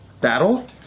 battle